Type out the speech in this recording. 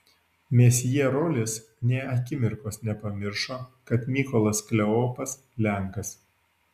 mesjė rolis nė akimirkos nepamiršo kad mykolas kleopas lenkas